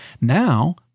Now